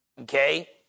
okay